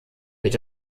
wird